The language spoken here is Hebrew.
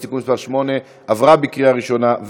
(תיקון מס' 8) עברה בקריאה ראשונה,